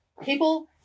people